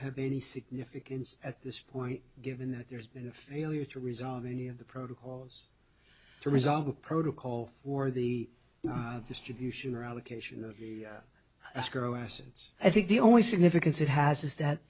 had any significance at this point given that there's been a failure to resolve any of the protocols to resolve the protocol for the distribution or allocation of asco essence i think the only significance it has is that